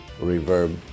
reverb